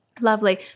Lovely